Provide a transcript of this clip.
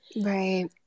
Right